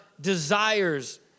desires